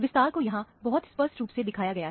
विस्तार को यहां बहुत स्पष्ट रूप से दिखाया गया है